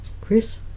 Chris